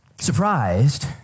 surprised